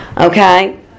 Okay